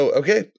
okay